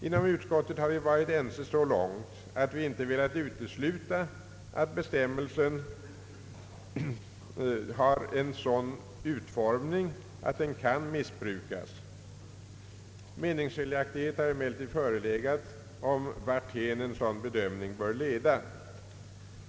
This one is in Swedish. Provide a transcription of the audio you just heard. Inom utskottet har vi varit ense så långt att vi inte velat utesluta att bestämmelsen har en sådan utformning att den kan missbrukas. Meningsskiljaktighet har emellertid förelegat om varthän en sådan bedömning bör leda.